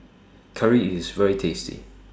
Curry IS very tasty